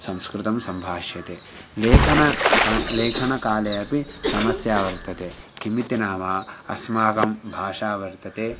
संस्कृतं सम्भाष्यते लेखनं सा लेखनकाले अपि समस्या वर्तते किमिति नाम अस्माकं भाषा वर्तते